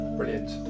Brilliant